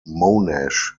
monash